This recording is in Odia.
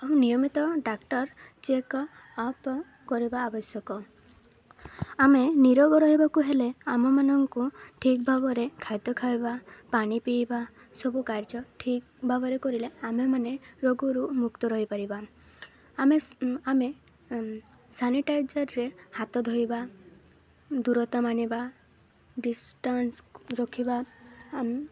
ଆଉ ନିୟମିତ ଡାକ୍ଟର୍ ଚେକ୍ ଅପ୍ କରିବା ଆବଶ୍ୟକ ଆମେ ନିରୋଗ ରହିବାକୁ ହେଲେ ଆମମାନଙ୍କୁ ଠିକ୍ ଭାବରେ ଖାଦ୍ୟ ଖାଇବା ପାଣି ପିଇବା ସବୁ କାର୍ଯ୍ୟ ଠିକ୍ ଭାବରେ କରିଲେ ଆମେମାନେ ରୋଗରୁ ମୁକ୍ତ ରହିପାରିବା ଆମେ ଆମେ ସାନିଟାଇଜର୍ରେ ହାତ ଧୋଇବା ଦୂରତା ମାନିବା ଡିସଷ୍ଟାନ୍ସ ରଖିବା